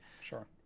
Sure